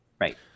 right